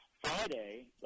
Friday